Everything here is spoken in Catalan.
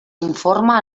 informe